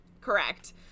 Correct